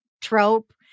trope